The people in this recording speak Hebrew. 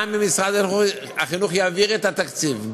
גם אם משרד החינוך יעביר את התקציב,